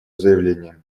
заявление